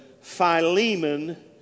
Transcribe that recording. Philemon